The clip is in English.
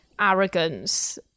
arrogance